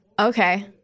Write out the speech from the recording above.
okay